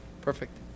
perfect